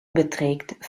beträgt